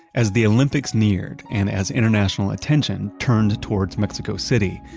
as the olympics neared and as international attention turned towards mexico city,